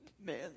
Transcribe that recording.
Man